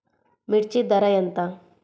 మిర్చి ధర ఎంత?